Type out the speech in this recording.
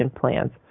plans